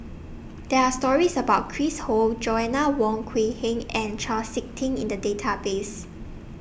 There Are stories about Chris Ho Joanna Wong Quee Heng and Chau Sik Ting in The Database